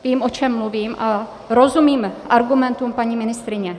Vím, o čem mluvím, a rozumíme argumentům paní ministryně.